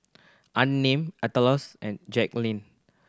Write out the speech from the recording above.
unnamed Aleta and Jackeline